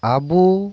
ᱟᱵᱳ